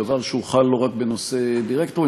דבר שחל לא רק בנושא דירקטורים,